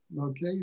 Okay